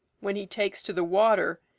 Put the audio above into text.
when he takes to the water,